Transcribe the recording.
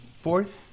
fourth